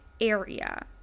area